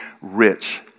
rich